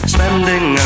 Spending